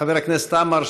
חבר הכנסת עמאר,